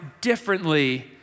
differently